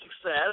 success